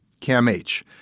CAMH